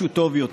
משהו טוב יותר.